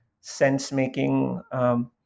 sense-making